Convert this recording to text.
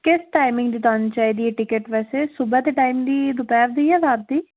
ਕਿਸ ਟਾਈਮਿੰਗ ਤੁਹਾਨੂੰ ਚਾਹੀਦੀ ਐ ਟਿਕਟ ਵੈਸੇ ਸੂਬਾ ਤੇ ਟਾਈਮ ਦੀ ਦੁਪਹਿਰ ਦੀ ਜਾ ਰਾਤ ਦੀ